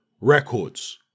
records